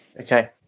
okay